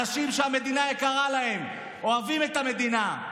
אנשים שהמדינה יקרה להם, אוהבים את המדינה.